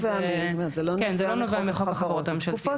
זה לא נובע מחוק החברות.